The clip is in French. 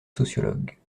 sociologue